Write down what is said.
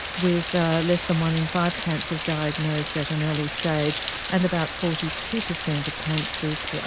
with less than one in five cancers diagnosed at an early stage and about forty two percent of cancers,